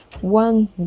One